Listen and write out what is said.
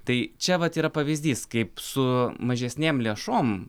tai čia vat yra pavyzdys kaip su mažesnėm lėšom